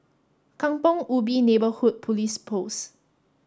Kampong Ubi Neighborhood Police Post